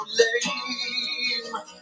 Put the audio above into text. lame